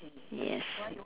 yes